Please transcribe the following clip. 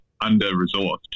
under-resourced